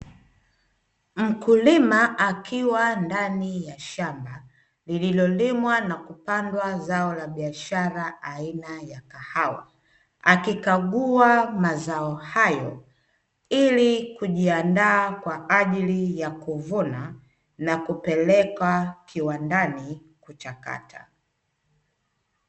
Mkulima akiwa ndani ya shamba lililolimwa na kupandwa zao la biashara aina ya kahawa, akikagua mazao hayo Ili kujiandaa kwa ajili ya kuvuna na kupelekwa kiwandani kuchakata.